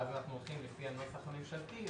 ואז אנחנו הולכים לפי הנוסח הממשלתי,